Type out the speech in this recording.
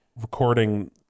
recording